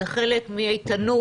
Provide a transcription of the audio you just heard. זה חלק מאיתנות,